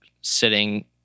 sitting